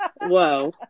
Whoa